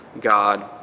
God